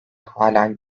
halen